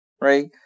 Right